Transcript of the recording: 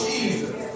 Jesus